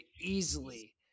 easily